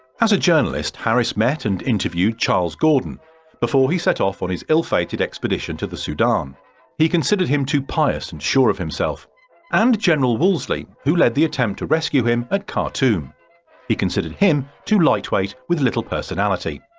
as a journalist harris, met and interviewed charles gordon before he set off on his ill-fated expedition to the sudan he considered him too pious and sure of himself and general wolseley who led the attempt to rescue him at khartoum he considered him too lightweight, with no personality.